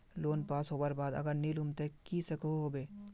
Loan pass होबार बाद अगर नी लुम ते की होबे सकोहो होबे?